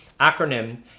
acronym